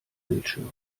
bildschirm